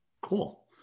Cool